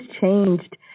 changed